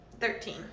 Thirteen